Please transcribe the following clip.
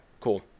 cool